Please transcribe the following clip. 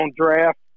draft